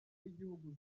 w’igihugu